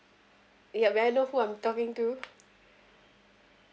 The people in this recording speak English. ya may I know who I'm talking to